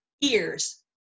ears